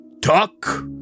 talk